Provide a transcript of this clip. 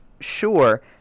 sure